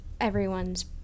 everyone's